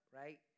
right